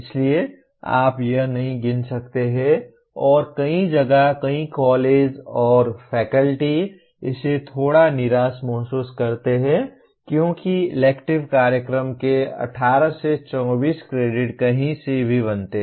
इसलिए आप यह नहीं गिन सकते हैं और कई जगह कई कॉलेज और फैकल्टी इससे थोड़ा निराश महसूस करते हैं क्योंकि इलेक्टिव कार्यक्रम के 18 से 24 क्रेडिट कहीं से भी बनते हैं